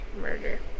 murder